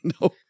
No